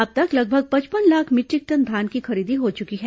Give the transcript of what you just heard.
अब तक लगभग पचपन लाख मीटरिक टन धान की खरीदी हो चुकी है